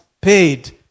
paid